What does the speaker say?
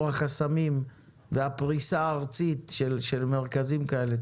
החסמים והפריסה הארצית של מרכזים כאלה.